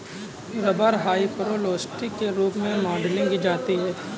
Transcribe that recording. rubber hyperelastic के रूप में मॉडलिंग की जाती है